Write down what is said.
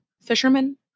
fishermen